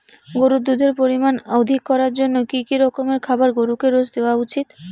গরুর দুধের পরিমান অধিক করার জন্য কি কি রকমের খাবার গরুকে রোজ দেওয়া উচিৎ?